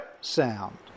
sound